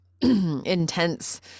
intense